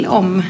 om